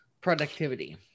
productivity